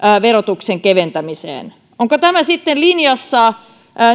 verotuksen keventämiseen onko tämä sitten linjassa